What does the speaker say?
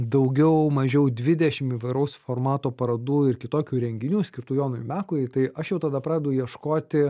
daugiau mažiau dvidešim įvairaus formato parodų ir kitokių renginių skirtų jonui mekui tai aš jau tada pradedu ieškoti